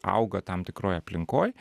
auga tam tikroj aplinkoj